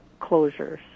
closures